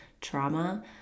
trauma